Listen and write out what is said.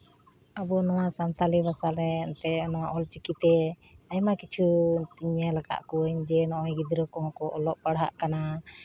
ᱟᱵᱚ ᱱᱚᱣᱟ ᱥᱟᱱᱛᱟᱞᱤ ᱵᱷᱟᱥᱟ ᱨᱮ ᱮᱱᱛᱮᱜ ᱱᱚᱣᱟ ᱚᱞᱪᱤᱠᱤ ᱛᱮ ᱟᱭᱢᱟ ᱠᱤᱪᱷᱩ ᱧᱮᱞ ᱟᱠᱟᱫ ᱠᱚᱣᱟᱧ ᱡᱮ ᱱᱚᱜᱼᱚᱭ ᱜᱤᱫᱽᱨᱟᱹ ᱠᱚᱦᱚᱸ ᱠᱚ ᱚᱞᱚᱜ ᱯᱟᱲᱦᱟᱜ ᱠᱟᱱᱟ